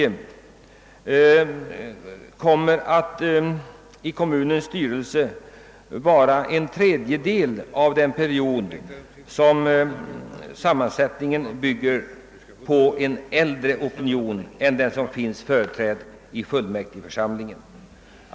Det betyder att kommunens styrelse under en tredjedel av perioden kommer att ha en sammansättning som bygger på en äldre opinion än den som finns företrädd i fullmäktigeförsamlingen.